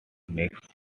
next